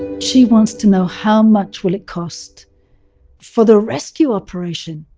she wants to know how much will it cost for the rescue operation?